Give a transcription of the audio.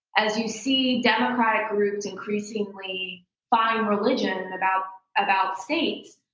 as you see democratic groups increasingly finding religion about about states,